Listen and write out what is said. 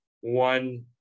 one